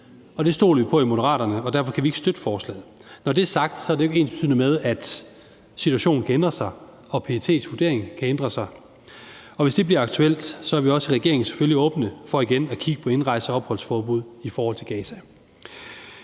Det stoler vi på i Moderaterne, og derfor kan vi ikke støtte forslaget. Når det er sagt, er det jo ikke ensbetydende med, at situationen ikke kan ændre sig, og at PET's vurdering ikke kan ændre sig. Hvis det bliver aktuelt, er vi selvfølgelig også i regeringen åbne over for igen at kigge på indrejse- og opholdsforbud i forhold til Gaza.